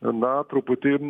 na truputį